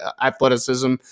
athleticism